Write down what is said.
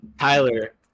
Tyler